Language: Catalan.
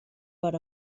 per